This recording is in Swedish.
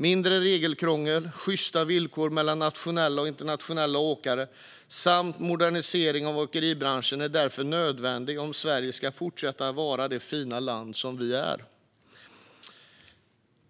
Mindre regelkrångel, sjysta villkor mellan nationella och internationella åkare samt modernisering av åkeribranschen är därför nödvändigt om Sverige ska fortsätta vara det fina land som det är.